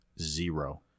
Zero